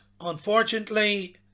unfortunately